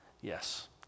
Yes